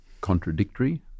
contradictory